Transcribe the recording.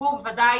ודאי